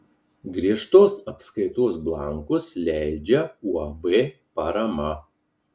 griežtos apskaitos blankus leidžia uab parama